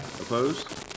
Opposed